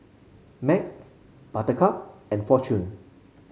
Mac Buttercup and Fortune